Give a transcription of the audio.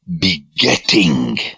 begetting